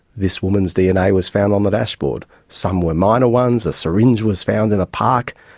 this woman's dna was found on the dashboard. some were minor ones, a syringe was found in a park,